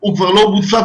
הוא כבר לא בוצע,